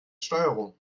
steuerung